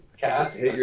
cast